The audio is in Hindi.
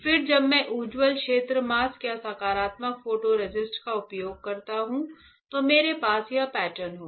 फिर जब मैं उज्ज्वल क्षेत्र मास्क और सकारात्मक फोटो रेसिस्ट का उपयोग करता हूं तो मेरे पास यह पैटर्न होगा